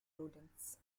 rodents